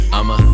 I'ma